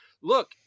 look